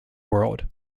world